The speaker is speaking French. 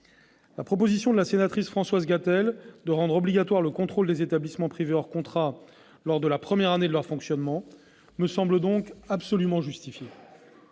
La proposition de Mme la sénatrice Françoise Gatel de rendre obligatoire le contrôle des établissements privés hors contrat lors de la première année de leur fonctionnement me semble donc absolument justifiée.